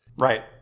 Right